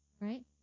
right